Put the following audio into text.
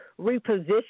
reposition